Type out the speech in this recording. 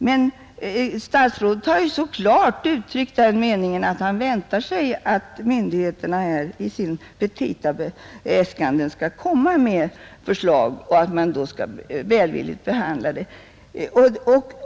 Men statsrådet har ju så klart uttryckt den meningen att han väntar sig att myndigheterna i sina petita skall komma med förslag och att man då skall behandla dessa välvilligt.